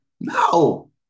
No